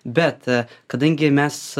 bet kadangi mes